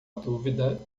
dúvida